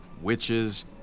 witches